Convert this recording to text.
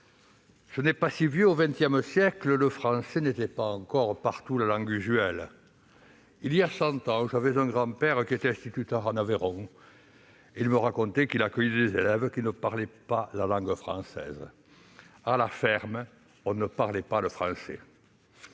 ce n'est pas si vieux, le français n'était pas encore partout la langue usuelle. Voilà cent ans, mon grand-père était instituteur en Aveyron. Il m'a raconté comment il accueillait des élèves qui ne parlaient pas la langue française. À la ferme, on ne parlait pas le français.